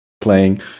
playing